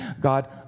God